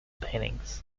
paintings